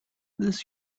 this